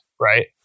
right